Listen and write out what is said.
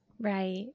Right